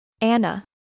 Anna